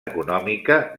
econòmica